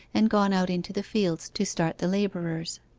and gone out into the fields to start the labourers.